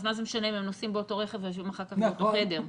אז מה זה משנה אם הם נוסעים באותו רכב ויושבים אחר כך באותו חדר?